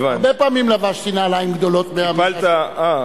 הרבה פעמים לבשתי נעליים גדולות, אוקיי.